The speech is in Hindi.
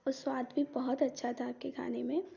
और स्वाद भी बहुत अच्छा था आपके खाने में